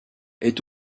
est